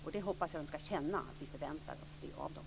Jag hoppas att de ska känna att vi förväntar oss det av dem.